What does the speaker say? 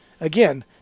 again